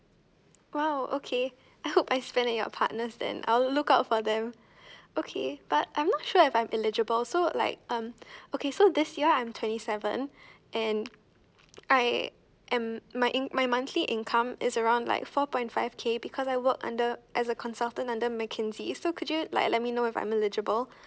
!wow! okay I hope I spent your partners then I'll look out for them okay but I'm not sure if I'm eligible so like um okay so this year I'm twenty seven and I I'm my inc~ my monthly income is around like four point five K because I work under as a consultant under McKinsey so could you like let me know if I'm eligible